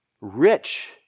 rich